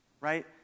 right